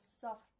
soft